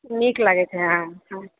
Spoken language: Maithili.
नीक लागैत छै हँ हँ